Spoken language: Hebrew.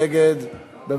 נגד.